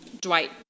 Dwight